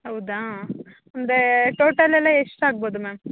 ಹೌದಾ ಅಂದ್ರೆ ಟೋಟಲ್ ಎಲ್ಲ ಎಷ್ಟಾಗ್ಬೋದು ಮ್ಯಾಮ್